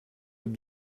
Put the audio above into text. peut